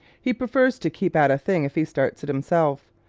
he prefers to keep at a thing if he starts it himself.